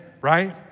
right